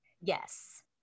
Yes